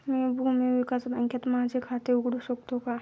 मी भूमी विकास बँकेत माझे खाते उघडू शकतो का?